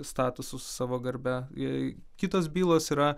statusu savo garbe jei kitos bylos yra